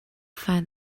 find